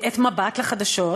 "מבט לחדשות",